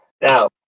Now